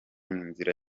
nzira